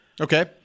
Okay